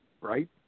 right